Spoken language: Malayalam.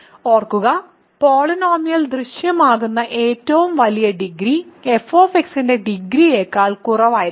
ഓർക്കുക പോളിനോമിയലിൽ ദൃശ്യമാകുന്ന ഏറ്റവും വലിയ ഡിഗ്രി f ന്റെ ഡിഗ്രിയേക്കാൾ കുറവായിരിക്കണം